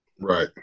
Right